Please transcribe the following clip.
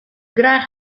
graach